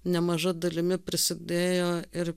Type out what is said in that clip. nemaža dalimi prisidėjo ir